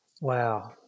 Wow